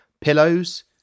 Pillows